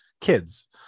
kids